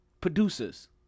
producers